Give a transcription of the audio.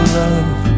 love